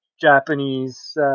japanese